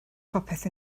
popeth